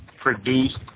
produced